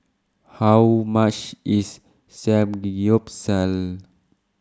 How much IS Samgyeopsal